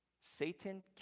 Satan